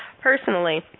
personally